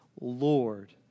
Lord